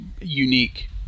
unique